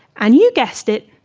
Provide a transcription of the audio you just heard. and you guessed it,